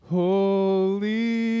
holy